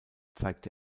zeigte